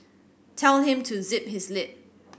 tell him to zip his lip